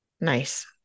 Nice